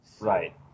Right